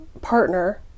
partner